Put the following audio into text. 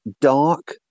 dark